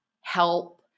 help